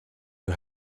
you